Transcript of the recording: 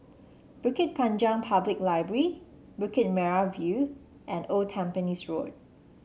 Bukit Panjang Public Library Bukit Merah View and Old Tampines Road